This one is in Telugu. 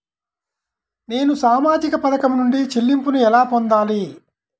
నేను సామాజిక పథకం నుండి చెల్లింపును ఎలా పొందాలి?